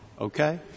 okay